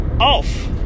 off